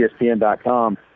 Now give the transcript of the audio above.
ESPN.com